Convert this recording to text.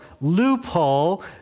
loophole